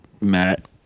Matt